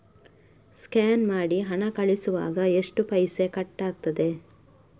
Scan ಮಾಡಿ ಹಣ ಕಳಿಸುವಾಗ ಎಷ್ಟು ಪೈಸೆ ಕಟ್ಟಾಗ್ತದೆ?